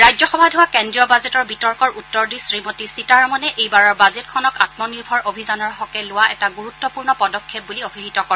ৰাজ্যসভাত হোৱা কেন্দ্ৰীয় বাজেটৰ বিতৰ্কৰ উত্তৰ দি শ্ৰীমতী সীতাৰমণে এইবাৰৰ বাজেটখনক আম্মনিৰ্ভৰ অভিযানৰ হকে লোৱা এটা গুৰুত্পূৰ্ণ পদক্ষেপ বুলি অভিহিত কৰে